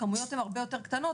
הכמויות הרבה ונתר קטנות,